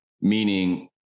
meaning